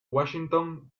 washington